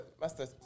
Master